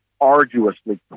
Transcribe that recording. arduously